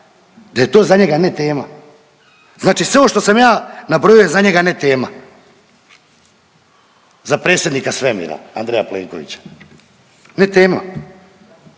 da je to za njega ne tema, znači sve ovo što sam ja nabroji je za njega ne tema za predsjednika Svemira Andreja Plenkovića ne tema.